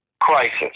Crisis